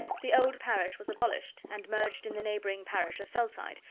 the old parish was abolished, and merged in the neighbouring parish of felside,